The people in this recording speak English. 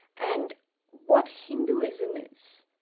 and what hinduism is,